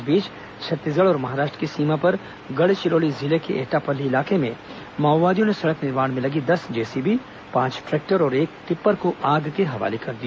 इस बीच छत्तीसगढ़ और महाराष्ट्र की सीमा पर गढ़चिरौली जिले के एटापल्ली इलाके में माओवादियों ने सड़क निर्माण में लगी दस जेसीबी पांच ट्रैक्टर और एक टिप्पर को आग के हवाले कर दिया